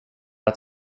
att